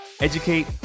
educate